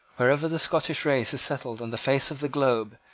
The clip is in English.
wherever the scottish race is settled on the face of the globe,